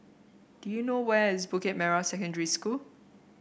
do you know where is Bukit Merah Secondary School